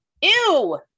Ew